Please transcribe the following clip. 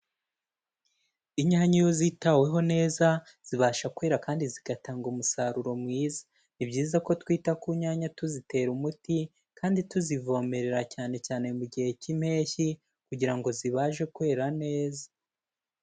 Inyanya iyo zitaweho neza, zibasha kwera kandi zigatanga umusaruro mwiza. Ni byiza ko twita ku nyanya tuzitera umuti, kandi tuzivomerera cyane cyane mu gihe cy'impeshyi, kugira ngo zibashe kwera neza.